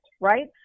Right